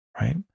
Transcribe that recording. right